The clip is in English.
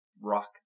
rock